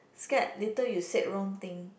scared later you said wrong thing